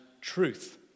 truth